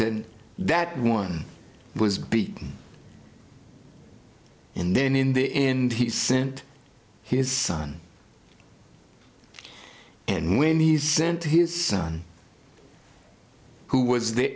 and that one was beaten and then in the inn he sent his son and when he sent his son who was the